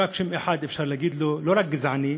רק שם אחד אפשר לתת לו: לא רק גזעני,